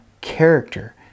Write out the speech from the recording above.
character